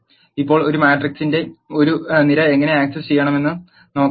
ഇപ്പോൾ ഒരു മാട്രിക്സിന്റെ ഒരു നിര എങ്ങനെ ആക്സസ് ചെയ്യാമെന്ന് നോക്കാം